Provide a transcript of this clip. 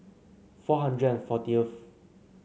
four hundred fourteen